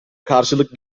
karşılık